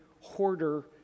hoarder